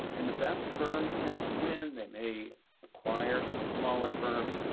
and the best firms tend to win. they may acquire some smaller firms,